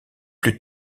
plus